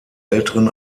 älteren